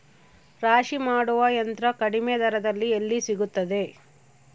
ರಾಶಿ ಮಾಡುವ ಯಂತ್ರ ಕಡಿಮೆ ದರದಲ್ಲಿ ಎಲ್ಲಿ ಸಿಗುತ್ತದೆ?